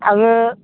आङो